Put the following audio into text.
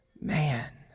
man